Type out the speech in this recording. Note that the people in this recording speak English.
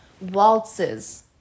waltzes